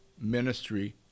ministry